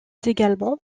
également